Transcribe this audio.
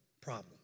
Problem